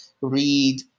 read